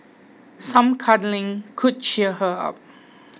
some cuddling could cheer her up